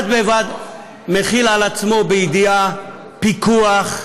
בד בבד הוא מחיל על עצמו, בידיעה, פיקוח,